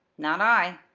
not i,